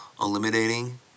eliminating